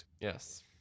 Yes